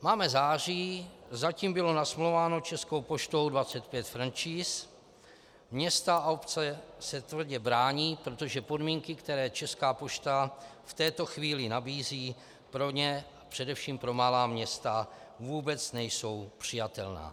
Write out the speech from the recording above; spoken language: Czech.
Máme září, zatím bylo nasmlouváno Českou poštou 25 franšíz, města a obce se tvrdě brání, protože podmínky, které Česká pošta v této chvíli nabízí, pro ně, především pro malá města, vůbec nejsou přijatelné.